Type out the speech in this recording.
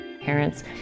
Parents